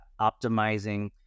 optimizing